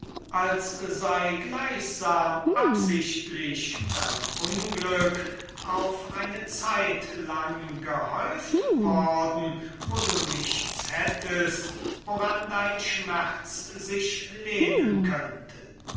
als sei gleichsam absichtlich dein unglück auf eine zeit lang gehäuft worden wo du nichts hättest woran dein schmerz sich lehnen könnte